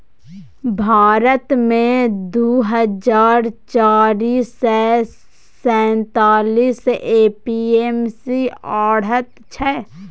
भारत मे दु हजार चारि सय सैंतालीस ए.पी.एम.सी आढ़त छै